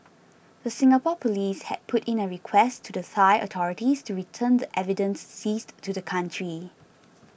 the Singapore police had put in a request to the Thai authorities to return the evidence seized to the country